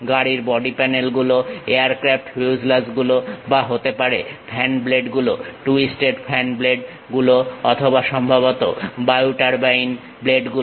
গাড়ির body panel গুলো aircraft fuselage গুলো বা হতে পারে ফ্যান ব্লেড গুলো টুইস্টেড ফ্যান ব্লেড গুলো অথবা সম্ভবত বায়ু টারবাইন ব্লেডগুলো